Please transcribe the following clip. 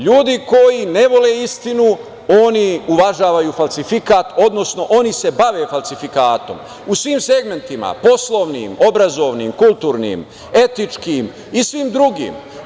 Ljudi koji ne vole istinu oni uvažavaju falsifikat, odnosno oni se bave falsifikatom u svim segmentima, poslovnim, obrazovnim, kulturnim, etičkim i svim drugim.